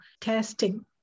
testing